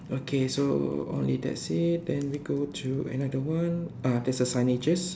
okay so only that's it then we go to another one uh there's a signages